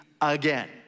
Again